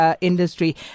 industry